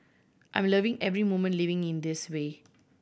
I'm loving every moment living in this way